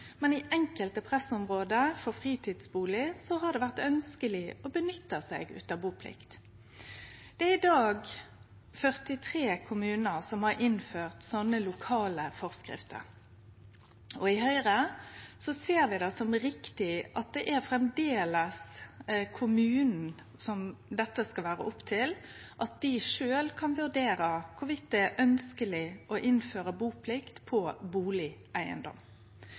men i enkelte pressområde for fritidsbustader har det vore ønskjeleg å gjere bruk av buplikta. Det er i dag 43 kommunar som har innført sånne lokale forskrifter. I Høgre ser vi det som riktig at dette framleis skal vere opp til kommunen – at dei sjølve kan vurdere om det er ønskjeleg å innføre buplikt på